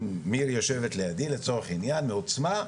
אם מירי יושבת לידי, לצורך העניין, מעוצמה,